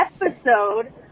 episode